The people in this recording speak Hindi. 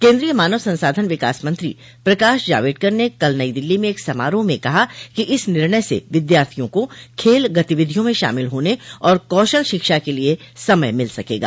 केन्द्रीय मानव संसाधन विकास मंत्री प्रकाश जावड़ेकर ने कल नई दिल्ली में एक समारोह में कहा कि इस निर्णय से विद्यार्थियों को खेल गतिविधियों में शामिल होने आर कौशल शिक्षा के लिए समय मिल सकेगा